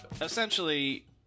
Essentially